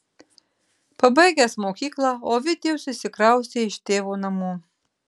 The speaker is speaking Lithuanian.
pabaigęs mokyklą ovidijus išsikraustė iš tėvo namų